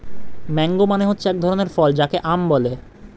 mango মানে হচ্ছে এক ধরনের ফল যাকে আম বলে